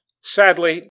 Sadly